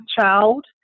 child